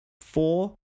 four